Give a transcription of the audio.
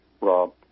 Rob